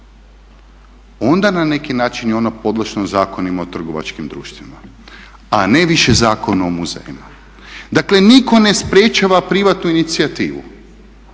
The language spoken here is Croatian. onda na neki način je ono podložno Zakonima o trgovačkim društvima, a ne više Zakon o muzejima. Dakle nitko ne sprečava privatnu inicijativu.